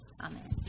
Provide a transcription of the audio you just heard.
amen